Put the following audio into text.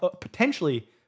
potentially